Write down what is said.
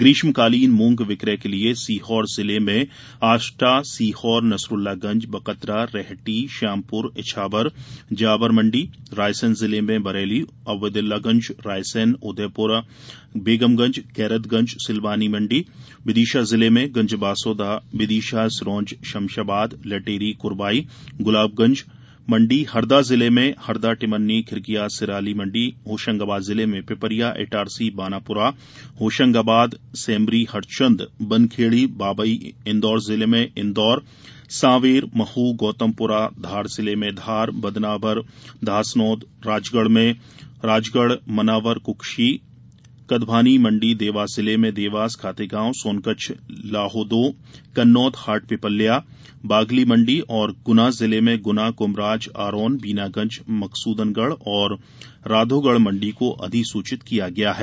ग्रीष्मकालीन मूंग विक्रय के लिये सीहोर जिला में आष्टा सीहोर नसरूल्लागंज बकतरा रेहटी श्यामपुरइछावर जावर मंडी रायसेन जिले में बरेली औबेदुल्लागंज रायसेन उदयपुरा बेगमगंज गैरतगंज सिलवानी मंडीविदिशा जिले में गंजबासोदा विदिशा सिंरोज शमशाबाद लटेरी कुरवाई गुलाबगंज मंडी हरदा जिले में हरदा टिमरनी खिरकिया सिराली मंडी होशंगाबाद जिले में पिपरिया इटारसी बानापुरा होशंगाबाद सेमरीहरचंद बनखेड़ी बाबई इंदौर जिले में इंदौर सावेर महू गौतमपुरा धार जिले में धार बदनावर धासनोद राजगढ़ मनावर कुक्षी गधवानी मंडी देवास जिले में देवास खातेगांव सोनकच्छ लोहादों कन्नोद हाटपिपल्या बागली मंडी और गुना जिले में गुना कृम्भराज आरोन बीनागंज मकसुदनगढ़ और राधोगढ़ मंडी को अधिसूचित किया गया है